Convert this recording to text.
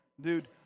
dude